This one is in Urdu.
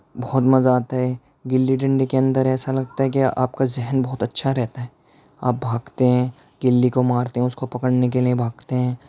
بہت مزہ آتا ہے گلی ڈنڈے کے اندر ایسا لگتا ہے کہ آپ کا ذہن بہت اچھا رہتا ہے آپ بھاگتے ہیں گلی کو مارتے ہیں اس کو پکڑنے کے لیے بھاگتے ہیں